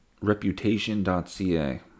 reputation.ca